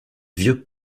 vieux